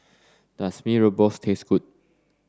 does Mee Rebus taste good